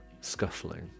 scuffling